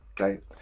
Okay